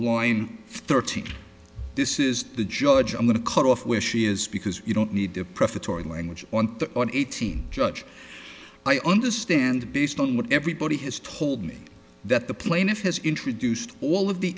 line thirteen this is the george i'm going to cut off where she is because you don't need the prefatory language on that one eighteen judge i understand based on what everybody has told me that the plaintiff has introduced all of the